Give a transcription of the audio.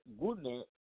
goodness